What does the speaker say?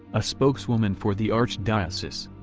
a spokeswoman for the archdiocese.